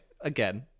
again